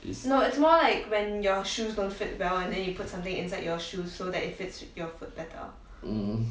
is mm